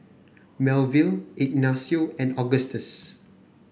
Melville Ignacio and Augustus